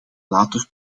later